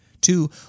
Two